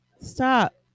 stop